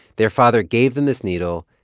their father gave them this needle.